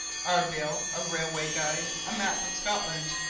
our bill a railway guide a map of scotland.